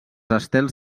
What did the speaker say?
estels